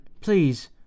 please